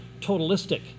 totalistic